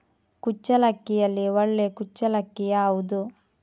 ಕುಚ್ಚಲಕ್ಕಿಯಲ್ಲಿ ಒಳ್ಳೆ ಕುಚ್ಚಲಕ್ಕಿ ಯಾವುದು?